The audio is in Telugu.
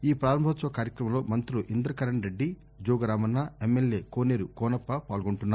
ఈ ప్రారంభోత్సవ కార్యక్రమంలో మంగ్రులు ఇందకరణ్ రెడ్డి జోగురామన్న ఎమ్మెల్యే కోనేరు కోనప్ప పాల్గొంటున్నారు